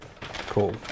Cool